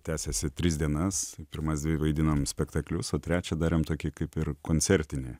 tęsėsi tris dienas pirmas dvi vaidinom spektaklius o trečią darėm tokį kaip ir koncertinį